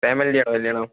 ഫാമിലിയുടെയാണോ കല്യാണം